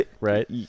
Right